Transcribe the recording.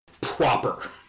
Proper